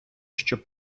щоб